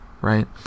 right